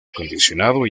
acondicionado